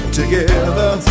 together